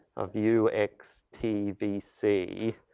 of u x t v c,